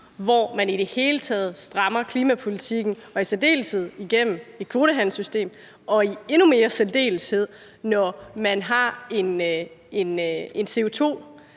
hvor man i det hele taget strammer klimapolitikken og i særdeleshed igennem et kvotehandelssystem og endnu mere i særdeleshed, når man har en